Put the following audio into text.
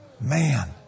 Man